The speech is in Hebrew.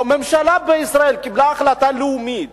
או ממשלה בישראל קיבלה החלטה לאומית